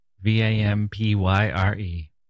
V-A-M-P-Y-R-E